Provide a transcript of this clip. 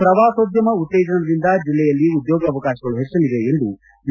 ಪ್ರವಾಸೋದ್ಯಮ ಉತ್ತೇಜನದಿಂದ ಜಿಲ್ಲೆಯಲ್ಲಿ ಉದ್ಯೋಗಾವಕಾಶಗಳು ಹೆಚ್ಚಲಿವೆ ಎಂದು ಯು